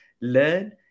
learn